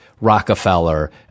Rockefeller